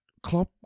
Klopp